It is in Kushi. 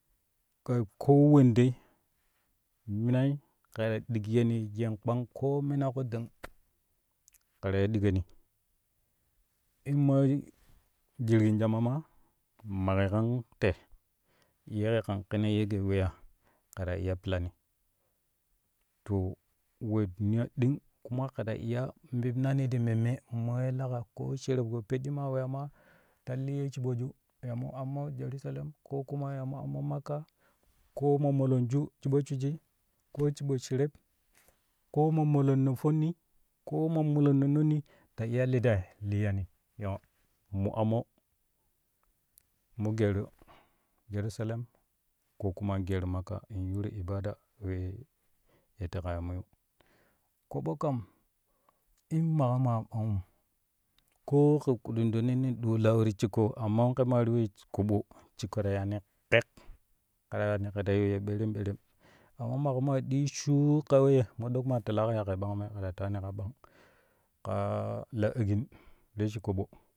Kai ko wen dei mina kɛ ta dikyoni yen kpang koo mina ƙudang kɛ ta iya diƙoni in ma in o jirgin sama maa maƙe kan te ye ƙɛ kan kine ye kɛ weya kɛ ta iya pilani to we niya ɗing kuma kɛ ta iya mipnani ti memme ma ye leƙa koo sherebƙo peɗɗi ma weya ma ta liyyo shiɓoju ya mo amma jerusalem ko kuma ya mo ammo makka koo mamalonju shiɓo shwiji ko shiɓo shereb koo mamolon fonni koo mamolonna ronni ta iya li liyani ya mo ammo mo geeru jerusalem ko kuma in geeru makka in yuuru ibada wee ye teƙa ya mo yu ƙoɓo kam in maƙo maa ɓangum koo ka kudondoni ɗulau ti shikko amma maƙa ti we shik ƙaɓo shikko ta yaani ƙek kɛ ta weyani kɛ ta yiu ya ɓeeremɓeerem amma maƙo maa ɗii shuuk ka weyye modok maa telaa ƙo ya kei mangum ya ke ta tewami ka ɓang kaa la agin shik ƙoɓo.